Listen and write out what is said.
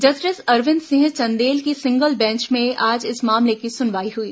justice Arvind Singh Chandel की single bench में आज इस मामले की सुनवाई हुई